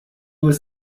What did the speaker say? was